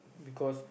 because